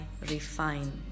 refine